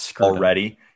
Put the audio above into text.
already